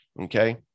Okay